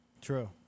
True